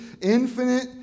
infinite